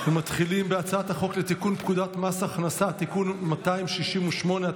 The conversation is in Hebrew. מתחילים בהצעת החוק לתיקון פקודת מס הכנסה (תיקון מס' 268),